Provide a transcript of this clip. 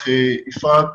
בפרו